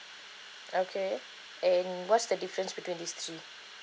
okay and what's the difference between these three